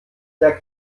der